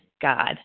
God